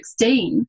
2016